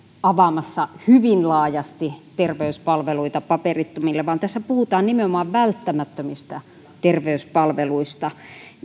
avaamassa hyvin laajasti terveyspalveluita paperittomille vaan tässä puhutaan nimenomaan välttämättömistä terveyspalveluista